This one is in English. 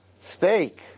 Steak